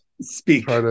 speak